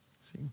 See